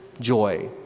joy